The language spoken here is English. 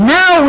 now